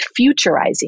futurizing